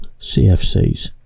CFCs